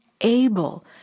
able